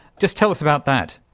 just tell us about that.